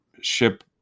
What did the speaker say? ship